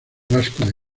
vasco